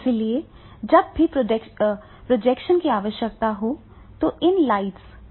इसलिए जब भी प्रोजेक्शन की आवश्यकता हो तो इन लाइट्स को मंद किया जा सकता है